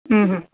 ہوں ہوں